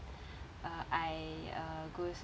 uh I uh goes